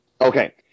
Okay